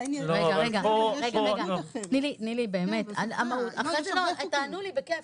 לא, אבל פה --- אחרי זה תענו לי, בכיף,